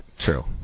True